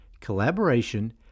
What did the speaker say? collaboration